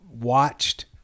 watched